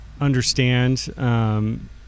understand